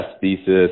thesis